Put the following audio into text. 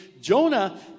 jonah